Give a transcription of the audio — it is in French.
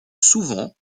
souvent